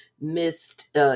missed